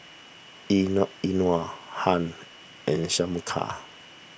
Euna Euna Hunt and Shameka